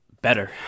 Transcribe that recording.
better